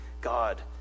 God